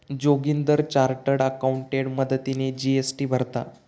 Joginder chartered accountant मदतीने GST भरता